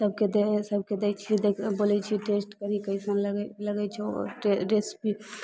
सबके दै सबके दै छियै बोलय छियै टेस्ट करही कैसन लगय लगय छौ रेसिपी